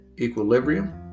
equilibrium